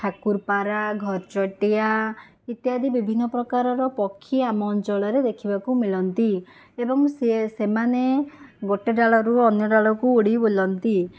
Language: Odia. ଠାକୁରପାରା ଘରଚଟିଆ ଇତ୍ୟାଦି ବିଭିନ୍ନ ପ୍ରକାରର ପକ୍ଷୀ ଆମ ଅଞ୍ଚଳରେ ଦେଖିବାକୁ ମିଳନ୍ତି ଏବଂ ସିଏ ସେମାନେ ଗୋଟିଏ ଡାଳରୁ ଅନ୍ୟ ଡାଳକୁ ଉଡ଼ି ବୁଲନ୍ତି